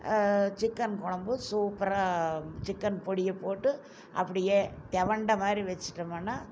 chicken குழம்பு சூப்பராக chicken பொடியை போட்டு அப்படியே துவண்ட மாதிரி வச்சுட்டோம்னா